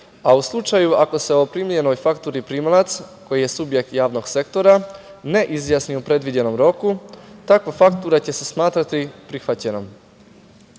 a u slučaju ako se u primljenoj fakturi primalac koji je subjekt javnog sektora ne izjasni u predviđenom roku, takva faktura će se smatrati prihvaćenom.